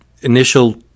initial